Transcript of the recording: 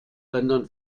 rendern